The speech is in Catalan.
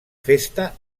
festa